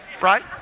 right